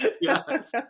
Yes